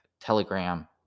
Telegram